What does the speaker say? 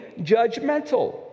judgmental